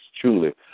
truly